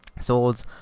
swords